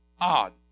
odd